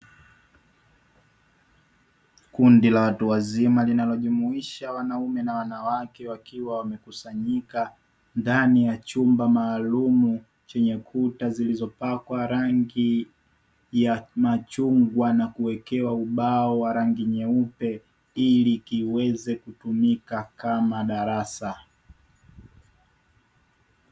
Kundi la watu wazima linalojumuisha wanaume na wanawake wakiwa wamekusanyika ndani ya chumba maalum, chenye kuta zilizochopakwa rangi ya machungwa na kuekewa ubao wa rangi myeupe ili kiweze kutumika kama darasa.